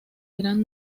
gran